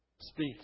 Speak